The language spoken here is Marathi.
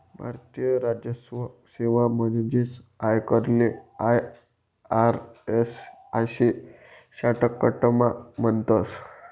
भारतीय राजस्व सेवा म्हणजेच आयकरले आय.आर.एस आशे शाटकटमा म्हणतस